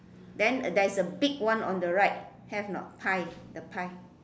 then there's a big one on the right have or not pie the pie